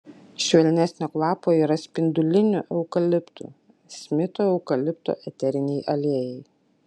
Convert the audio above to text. švelnesnio kvapo yra spindulinių eukaliptų smito eukalipto eteriniai aliejai